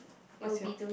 what's your